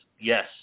yes